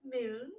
moon